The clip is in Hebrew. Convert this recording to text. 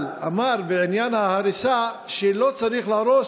אבל אמר בעניין ההריסה שלא צריך להרוס